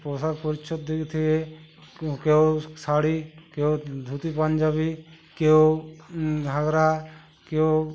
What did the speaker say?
পোশাক পরিচ্ছদের দিক থেকে কেউ কেউ শাড়ি কেউ ধুতি পাঞ্জাবি কেউ ঘাগরা কেউ